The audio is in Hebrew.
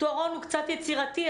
הפתרון קצת יצירתי,